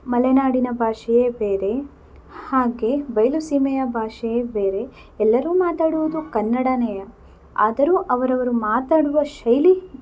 ಮಲೆನಾಡಿನ ಭಾಷೆಯೇ ಬೇರೆ ಹಾಗೆ ಬಯಲು ಸೀಮೆಯ ಭಾಷೆಯೇ ಬೇರೆ ಎಲ್ಲರೂ ಮಾತಾಡುವುದು ಕನ್ನಡನೇ ಆದರೂ ಅವರವರು ಮಾತನಾಡುವ ಶೈಲಿ